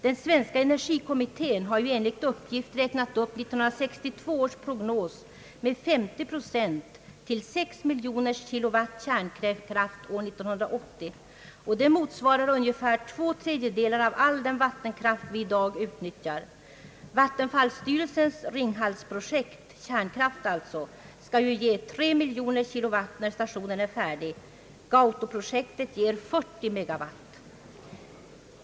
Den svenska energikommittén har ju enligt uppgift räknat upp 1962 års prognos med 50 procent till 6 miljoner kilowatt kärnkraft år 1980. Det motsvarar ungefär två tredjedelar av all den vattenkraft vi i dag utnyttjar. Vattenfallsstyrelsens Ring hals-projekt — kärnkraft alltså — skall ju ge 3 000 megawatt när stationen är färdig. Gauto ger 40 megawatt.